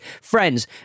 friends